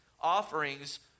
offerings